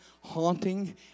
haunting